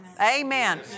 Amen